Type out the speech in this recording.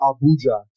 Abuja